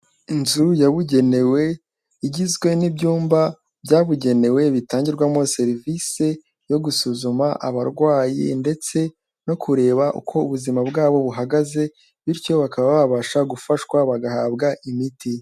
Inzu yabugenewe, igizwe n'ibyumba byabugenewe bitangirwamo serivise yo gusuzuma abarwayi, ndetse no kureba uko ubuzima bwabo buhagaze, bityo bakaba babasha gufashwa bagahabwa imiti.